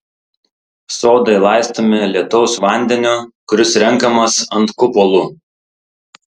sodai laistomi lietaus vandeniu kuris renkamas ant kupolų